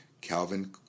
Calvin